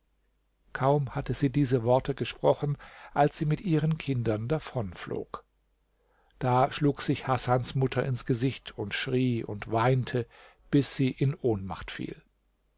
kaum hatte sie diese worte gesprochen als sie mit ihren kindern davonflog da schlug sich hasans mutter ins gesicht und schrie und weinte bis sie in ohnmacht fiel